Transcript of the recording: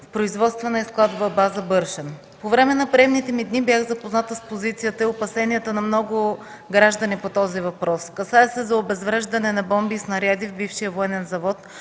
в „Производствена и складова база – Бършен”. По време на приемните ми дни бях запозната с позицията и опасенията на много граждани по този въпрос. Касае се за обезвреждане на бомби и снаряди в бившия военен завод,